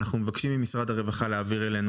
אנחנו מבקשים ממשרד הרווחה להעביר אלינו